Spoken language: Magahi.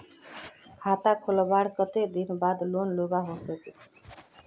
खाता खोलवार कते दिन बाद लोन लुबा सकोहो ही?